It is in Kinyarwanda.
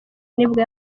nibwo